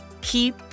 keep